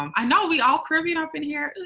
um i know we all caribbean up in here.